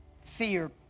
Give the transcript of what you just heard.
fear